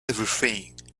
everything